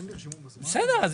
בקצרה.